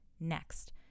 next